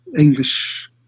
English